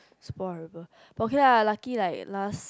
super horrible but okay lah lucky like last